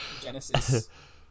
Genesis